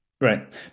Right